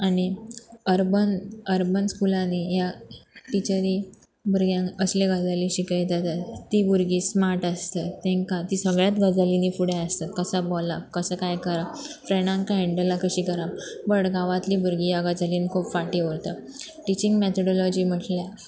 आनी urban urban स्कुलांनी ह्या टिचरी भुरग्यांक असली गजाली शिकयतात तीं भुरगीं स्मार्ट आसता तांकां ती सगळ्यांत गजालींनी फुडें आसतात कसो बोलाप कसो कांय करप फ्रेंडां कां हॅडल कशीं करप बट गांवांतलीं भुरगीं ह्या गजालीन खूब फाटी उरता टिचींग मॅथडोलॉजी म्हटल्यार